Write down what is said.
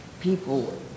people